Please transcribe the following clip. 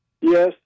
Yes